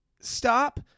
Stop